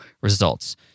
results